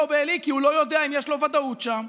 או בעלי כי הוא לא יודע אם יש לו ודאות שם.